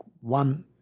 one